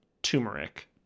Turmeric